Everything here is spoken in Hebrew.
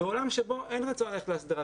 בעולם שבו אין רצון ללכת להסדרה,